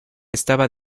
estaba